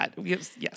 Yes